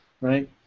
right